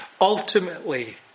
Ultimately